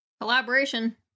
Collaboration